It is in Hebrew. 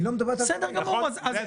נכון.